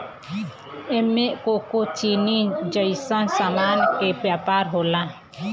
एमे कोको चीनी जइसन सामान के व्यापार होला